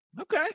okay